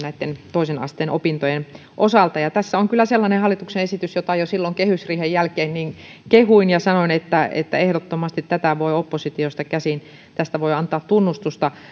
toisen asteen opintojen osalta tässä on kyllä sellainen hallituksen esitys jota jo silloin kehysriihen jälkeen kehuin ja sanoin että että ehdottomasti tästä voi oppositiosta käsin antaa tunnustusta